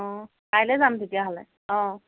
অ কাইলৈ যাম তেতিয়াহ'লে অ